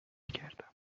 کردم